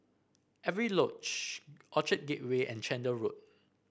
Avery Lodge Orchard Gateway and Chander Road